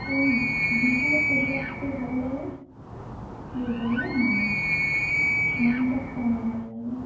কোন বিষয়ের ছবি আঁকতে ভালো লাগে বলতে গেলে মানুষ মানুষ আঁকতে আমার ভালো লাগে